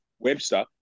Webster